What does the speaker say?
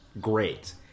great